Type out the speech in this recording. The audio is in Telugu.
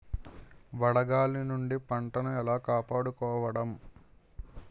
వడగాలి నుండి పంటను ఏలా కాపాడుకోవడం?